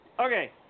Okay